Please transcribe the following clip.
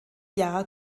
jahr